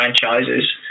franchises